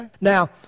Now